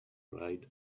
ride